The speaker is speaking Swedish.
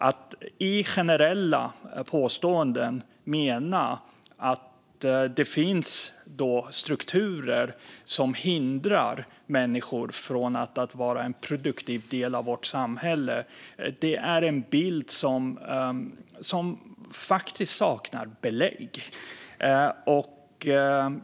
Att i generella påståenden mena att det finns strukturer som hindrar människor från att vara en produktiv del av vårt samhälle saknar faktiskt belägg.